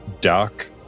Doc